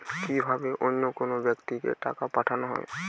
কি ভাবে অন্য কোনো ব্যাক্তিকে টাকা পাঠানো হয়?